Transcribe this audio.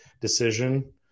decision